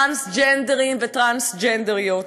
טרנסג'נדרים וטרנסג'נדריות.